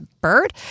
bird